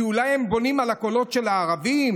כי אולי הם בונים על הקולות של הערבים?